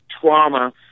trauma